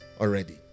already